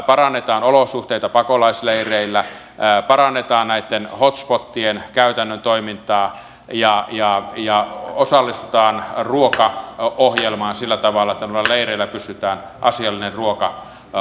parannetaan olosuhteita pakolaisleireillä parannetaan näitten hot spotien käytännön toimintaa ja osallistutaan ruokaohjelmaan sillä tavalla että näillä leireillä pystytään asiallinen ruokahuolto järjestämään ja takaamaan